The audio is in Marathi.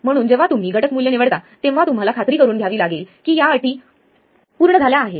म्हणून जेव्हा तुम्ही घटक मूल्य निवडता तेव्हा तुम्हाला खात्री करुन घ्यावी लागेल की या अटी पूर्ण झाल्या आहेत